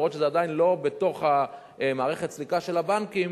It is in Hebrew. אף-על-פי שזה לא בתוך מערכת הסליקה של הבנקים,